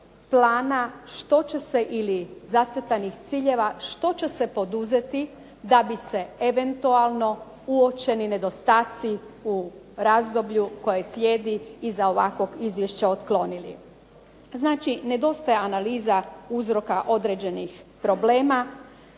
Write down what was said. plana što će se ili zacrtanih ciljeva, što će se poduzeti da bi se eventualno uočeni nedostaci u razdoblju koje slijedi iza ovakvog izvješća otklonili. Znači, nedostaje analiza uzroka određenih problema,